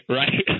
right